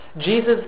Jesus